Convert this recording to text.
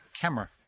camera